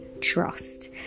trust